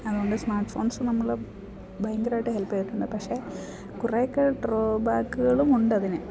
അതുകൊണ്ട് smart phones നമ്മൾ ഭയങ്കരമായിട്ട് ഹെൽപ്പ് ചെയ്തിട്ടുണ്ട് പക്ഷേ കുറെ ഒക്കെ ഡ്രോബാക്കുകളും ഉണ്ടതിന്